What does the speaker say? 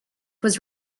was